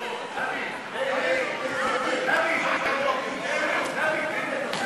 דוד, אתה עושה